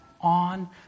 on